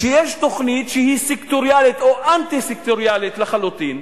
שיש תוכנית שהיא סקטוריאלית או אנטי-סקטוריאלית לחלוטין,